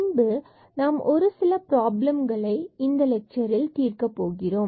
பின்பு நாம் ஒரு சில ப்ராப்ளம்களை இந்த லெட்சரில் தீர்க்கப் போகிறோம்